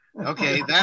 okay